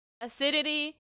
acidity